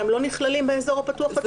הם לא נכללים באזור הפתוח לציבור?